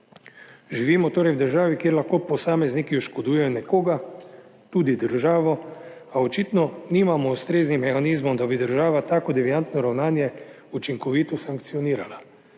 Živimo torej v državi, kjer lahko posamezniki oškodujejo nekoga, tudi državo, a očitno nimamo ustreznih mehanizmov, da bi država tako deviantno ravnanje učinkovito sankcionirala.